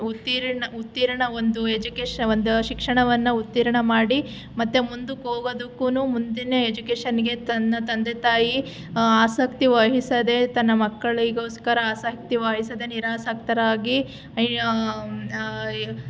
ಉತ್ತೀರ್ಣ ಉತ್ತೀರ್ಣ ಒಂದು ಎಜುಕೇಷ ಒಂದು ಶಿಕ್ಷಣವನ್ನು ಉತ್ತೀರ್ಣ ಮಾಡಿ ಮತ್ತೆ ಮುಂದುಕ್ಕೆ ಹೋಗೋದಕ್ಕೂನು ಮುಂದಿನ ಎಜುಕೇಷನಿಗೆ ತನ್ನ ತಂದೆ ತಾಯಿ ಆಸಕ್ತಿ ವಹಿಸದೆ ತನ್ನ ಮಕ್ಕಳಿಗೋಸ್ಕರ ಆಸಕ್ತಿ ವಹಿಸದೆ ನಿರಾಸಕ್ತರಾಗಿ